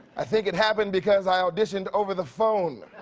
i think it happened because i auditioned over the phone